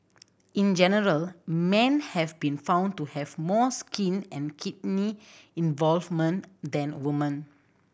in general men have been found to have more skin and kidney involvement than the woman